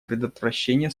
предотвращение